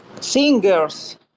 singers